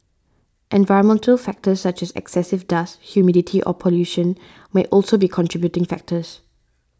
environmental factors such as excessive dust humidity or pollution may also be contributing factors